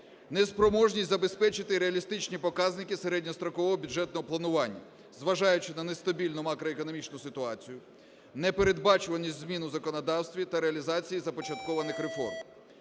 неспроможність забезпечити реалістичні показники середньострокового бюджетного планування, зважаючи на нестабільну макроекономічну ситуацію, непередбачуваність змін у законодавстві та реалізації започаткованих реформ.